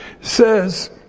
says